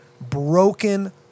broken